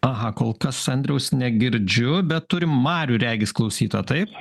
aha kol kas andriaus negirdžiu bet turim marių regis klausytoją taip